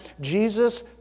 Jesus